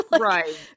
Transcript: Right